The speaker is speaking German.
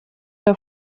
der